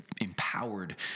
empowered